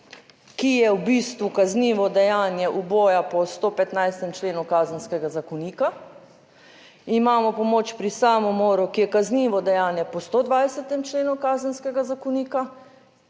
Ki je v bistvu kaznivo dejanje uboja po 115. členu Kazenskega zakonika. Imamo pomoč pri samomoru, ki je kaznivo dejanje po 120. členu kazenskega zakonika.